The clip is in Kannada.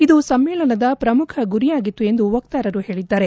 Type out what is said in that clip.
ಇದು ಸಮ್ಮೇಳನದ ಪ್ರಮುಖ ಗುರಿಯಾಗಿತ್ತು ಎಂದು ವಕ್ತಾರರು ಹೇಳಿದ್ದಾರೆ